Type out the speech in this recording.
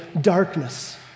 darkness